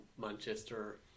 manchester